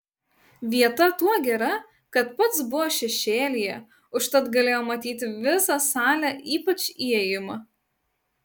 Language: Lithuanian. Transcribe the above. vieta tuo gera kad pats buvo šešėlyje užtat galėjo matyti visą salę ypač įėjimą